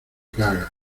cagas